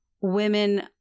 women